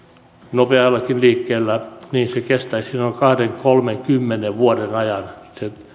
nopeallakin liikkeellä niin sen alasajo kestäisi noin kahdenkymmenen viiva kolmenkymmenen vuoden ajan